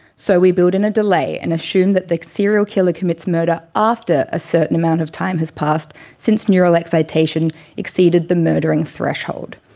so, we build in a delay and assume that the serial killer commits murder after a certain amount of time has passed since neural excitation exceeded the murdering threshold.